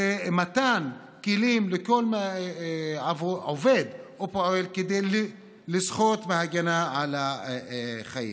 זה מתן כלים לכל עובד או פועל כדי לזכות בהגנה על החיים.